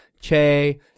che